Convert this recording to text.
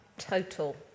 total